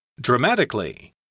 Dramatically